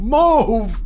move